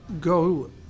go